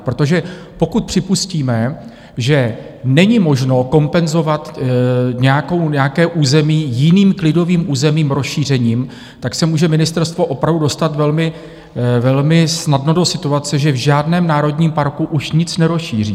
Protože pokud připustíme, že není možno kompenzovat nějaké území jiným klidovým územím, rozšířením, tak se může ministerstvo opravdu dostat velmi, velmi snadno do situace, že v žádném národním parku už nic nerozšíří.